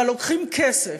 אבל לוקחים כסף,